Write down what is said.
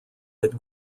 had